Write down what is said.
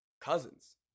cousins